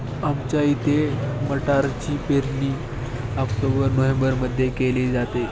आमच्या इथे मटारची पेरणी ऑक्टोबर नोव्हेंबरमध्ये केली जाते